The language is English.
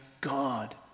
God